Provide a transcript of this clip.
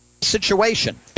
situation